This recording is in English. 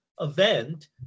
event